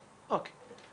כן.